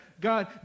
God